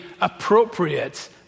appropriate